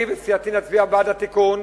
אני וסיעתי נצביע בעד התיקון,